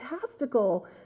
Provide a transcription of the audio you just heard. fantastical